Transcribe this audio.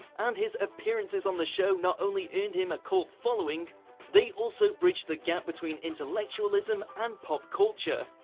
and his appearances on the show not only earned him a cult following they also bridged the gap between intellectualism and pop culture.